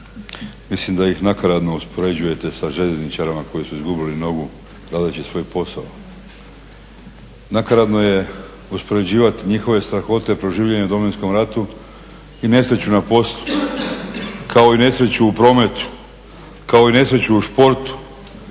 mislim da ih nakaradno uspoređujete sa željezničarima koji su izgubili nogu radeći svoj posao. Nakaradno je uspoređivati njihove strahote proživljene u Domovinskom ratu i nesreću na poslu, kao i nesreću u prometu, kao i nesreću u športu,